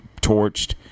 torched